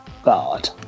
God